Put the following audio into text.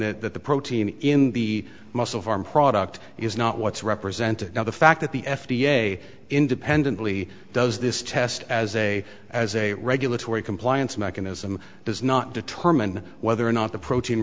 in that protein in the muscle farm product is not what's represented now the fact that the f d a independently does this test as a as a regulatory compliance mechanism does not determine whether or not the protein